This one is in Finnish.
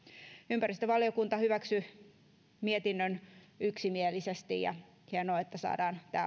ympäristövaliokunta hyväksyy mietinnön yksimielisesti hienoa että saadaan tämä